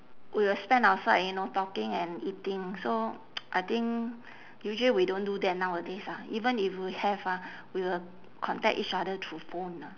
we will spend outside you know talking and eating so I think usually we don't do that nowadays ah even if we have ah we will contact each other through phone ah